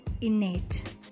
innate